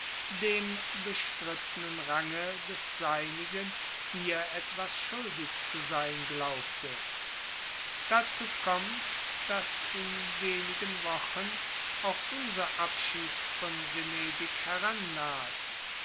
dem bestrittenen range des seinigen hier etwas schuldig zu sein glaubte dazu kommt daß in wenigen wochen auch unser abschied von venedig